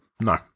No